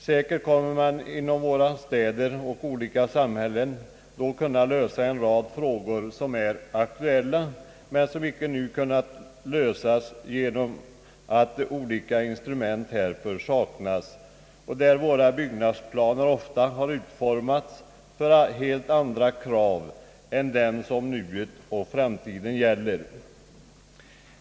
Säkert kommer man inom våra städer och olika samhällen då att kunna lösa en rad frågor, som är aktuella men som inte nu har kunnat lösas genom att ett instrument härför saknats, och där våra byggnadsplaner ofta har utformats för helt andra krav än dem som nuet och framtiden ställer.